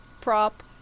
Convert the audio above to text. prop